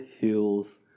heals